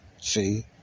see